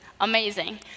amazing